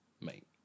Mate